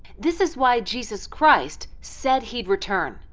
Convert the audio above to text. this is why jesus christ said he'd return.